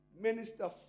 minister